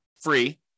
Free